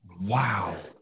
Wow